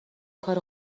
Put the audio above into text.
کار